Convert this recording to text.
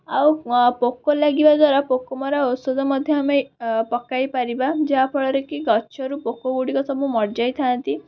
ଆଉ ପୋକ ଲାଗିବା ଦ୍ଵାରା ପୋକମରା ଔଷଧ ମଧ୍ୟ ଆମେ ପକାଇ ପାରିବା ଯାହା ଫଳରେକି ଗଛରୁ ପୋକଗୁଡ଼ିକ ସବୁ ମରିଯାଇଥାନ୍ତି